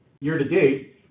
Year-to-date